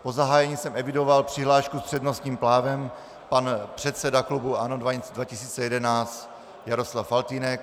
Po zahájení jsem evidoval přihlášku s přednostním právem pan předseda klubu ANO 2011 Jaroslav Faltýnek.